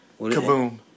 Kaboom